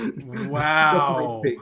Wow